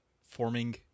forming